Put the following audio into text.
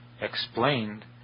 explained